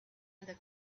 other